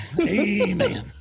Amen